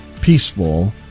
peaceful